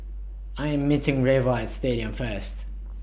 I Am meeting Reva At Stadium First